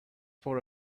for